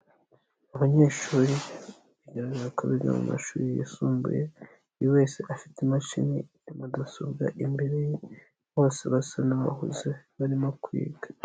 Abanyeshuri bigaragara ko biga mu mashuri yisumbuye, buri wese afite imashini ya mudasobwa imbere ye, bose basa n'abahubuze barimo kwiga.